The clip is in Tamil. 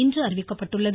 இன்று அறிவிக்கப்பட்டுள்ளது